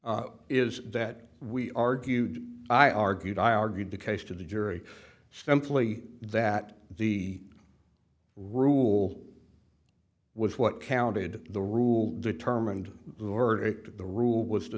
out is that we argued i argued i argued the case to the jury simply that the rule was what counted the rule determined or eight the rule was t